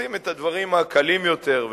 עושים את הדברים הקלים יותר,